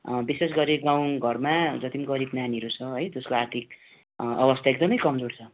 विशेष गरी गाउँ घरमा जति पनि गरिब नानीहरू छ है त्यसको आर्थिक अवस्था एकदमै कमजोर छ